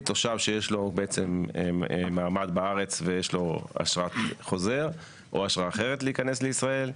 תושב שיש לו מעמד בארץ ויש לו אשרת חוזר או אשרה אחרת להיכנס לישראל,